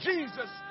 Jesus